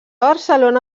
barcelona